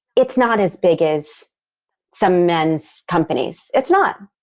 it's not as big as some men's companies. it's not.